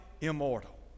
immortal